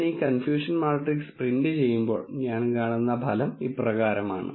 ഞാൻ ഈ confusion matrix print ചെയ്യുമ്പോൾ ഞാൻ കാണുന്ന ഫലം ഇപ്രകാരമാണ്